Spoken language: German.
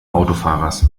autofahrers